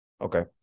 Okay